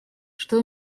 что